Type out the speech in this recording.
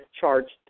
charged